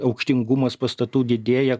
aukštingumas pastatų didėja